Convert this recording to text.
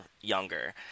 younger